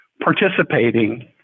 participating